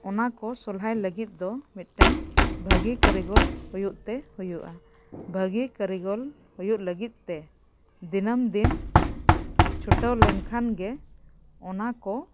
ᱚᱱᱟ ᱠᱚ ᱥᱚᱦᱞᱟᱭ ᱞᱟᱹᱜᱤᱫ ᱫᱚ ᱢᱤᱫᱴᱟᱝ ᱵᱷᱟᱜᱮ ᱠᱟᱹᱨᱤᱜᱚᱞ ᱦᱩᱭᱩᱜ ᱛᱮ ᱦᱩᱭᱩᱜᱼᱟ ᱵᱷᱟᱜᱮ ᱠᱟᱹᱨᱤᱜᱚᱞ ᱦᱩᱭᱩᱜ ᱞᱟᱹᱜᱤᱫ ᱛᱮ ᱫᱤᱱᱟᱹᱢ ᱫᱤᱱ ᱪᱷᱩᱴᱟᱹᱣ ᱞᱮᱱ ᱠᱷᱟᱱ ᱜᱮ ᱚᱱᱟ ᱠᱚ